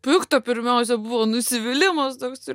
pikta pirmiausia buvo nusivylimas toks ir